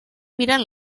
mirant